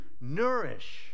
nourish